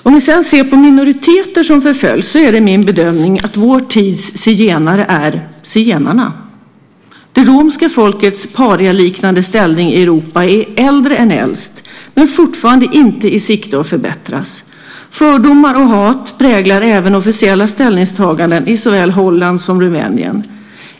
Om man ser på minoriteter som förföljs är det min bedömning att vår tids zigenare är zigenarna. Det romska folkets parialiknande ställning i Europa är äldre än äldst men fortfarande inte i sikte att förbättras. Fördomar och hat präglar även officiella ställningstaganden i såväl Holland som Rumänien.